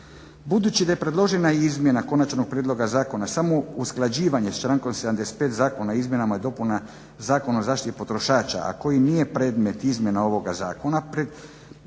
Budući da je predložena izmjena konačnog prijedloga zakona samo usklađivanje s člankom 75. Zakona o izmjenama i dopunama Zakona o zaštiti potrošača a koji nije predmet izmjena ovoga zakona predložili